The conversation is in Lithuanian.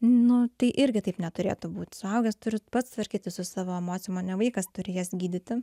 nu tai irgi taip neturėtų būti suaugęs turi pats tvarkytis su savo emocijom o ne vaikas turi jas gydyti